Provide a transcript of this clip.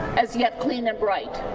as yet clean and bright.